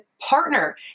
partner